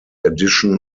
addition